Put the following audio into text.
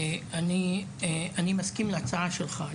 אני מסכים להצעה שלך,